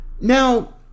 Now